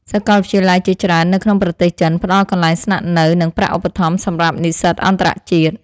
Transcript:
សាកលវិទ្យាល័យជាច្រើននៅក្នុងប្រទេសចិនផ្តល់កន្លែងស្នាក់នៅនិងប្រាក់ឧបត្ថម្ភសម្រាប់និស្សិតអន្តរជាតិ។